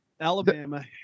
Alabama